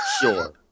Sure